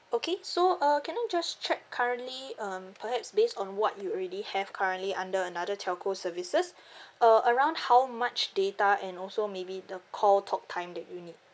okay so uh can I just check currently um perhaps based on what you already have currently under another telco services uh around how much data and also maybe the call talk time that you need